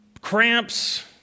cramps